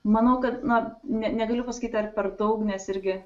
manau kad na ne negaliu pasakyt ar per daug nes irgi